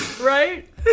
right